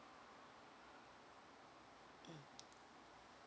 mm